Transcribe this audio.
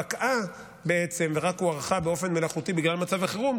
פקעה בעצם ורק הוארכה באופן מלאכותי בגלל מצב החירום,